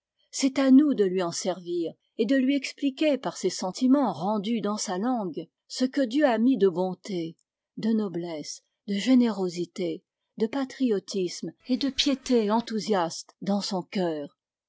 est à nous de lui en servir et de lui expliquer par ses sentimens rendus dans sa langue ce que dieu a mis de bonté de noblesse de générosité de patriotisme et de piété enthousiaste dans son cœur